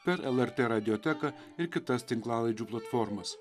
per lrt radioteką ir kitas tinklalaidžių platformas